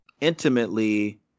intimately